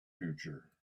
future